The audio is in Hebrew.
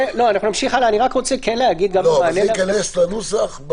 זה ייכנס לנוסח?